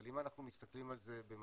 אבל אם אנחנו מסתכלים על זה במבט-על